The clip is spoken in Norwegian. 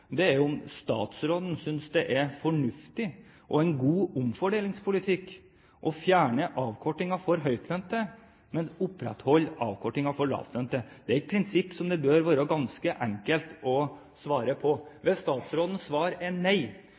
Det er om statsråden synes det er en fornuftig og god omfordelingspolitikk å fjerne avkortingen for høytlønte, men opprettholde den for lavtlønte. Det er et prinsipp som det bør være ganske enkelt å svare på. Hvis statsrådens svar er nei,